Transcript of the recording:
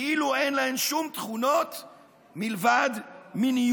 כאילו אין להן שום תכונה מלבד מיניות.